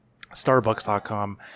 starbucks.com